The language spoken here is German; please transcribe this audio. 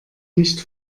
nicht